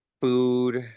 food